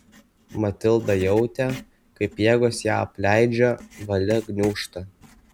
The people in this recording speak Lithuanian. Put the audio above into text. matilda jautė kaip jėgos ją apleidžia valia gniūžta